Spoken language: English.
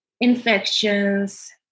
infections